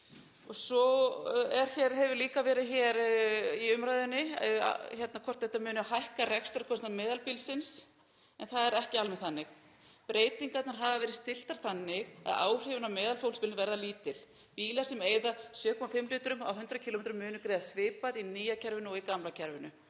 Svo hefur verið í umræðunni hvort þetta muni hækka rekstrarkostnað meðalbílsins en það er ekki alveg þannig. Breytingarnar hafa verið stilltar þannig að áhrifin á meðalfólksbíl verða lítil. Bílar sem eyða 7,5 lítrum á 100 km munu greiða svipað í nýja kerfinu og í gamla kerfinu